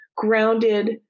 Grounded